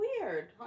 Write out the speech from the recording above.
Weird